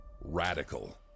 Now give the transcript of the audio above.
radical